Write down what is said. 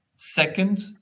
Second